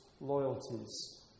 loyalties